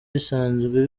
bisanzwe